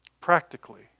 practically